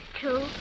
two